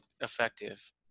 effective